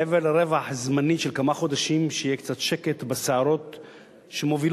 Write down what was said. מעבר לרווח הזמני של כמה חודשים שיהיה קצת שקט בסערות שמובילות,